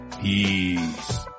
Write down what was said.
Peace